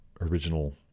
original